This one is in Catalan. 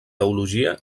teologia